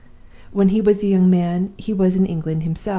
when he was a young man he was in england himself,